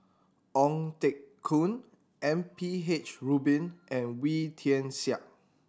Ong Teng Koon M P H Rubin and Wee Tian Siak